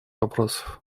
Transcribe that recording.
вопросов